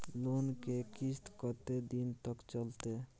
Loan के किस्त कत्ते दिन तक चलते?